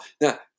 now